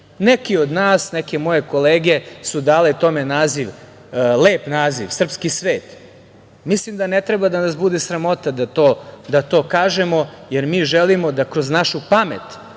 žive. Neki od nas, neke moje kolege su dale tome lep naziv „srpski svet“. Mislim da ne treba da nas bude sramota da to kažemo, jer mi želimo da kroz našu pamet,